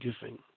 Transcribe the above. giving